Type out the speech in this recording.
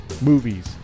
movies